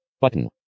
Button